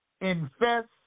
infest